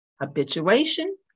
Habituation